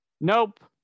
Nope